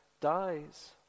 dies